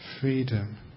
freedom